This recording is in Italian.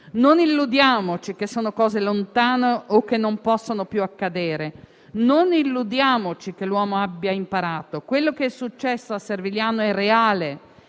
Non illudiamoci che sono cose lontane o che non possano più accadere; non illudiamoci che l'uomo abbia imparato. Quello che è successo a Servigliano è reale;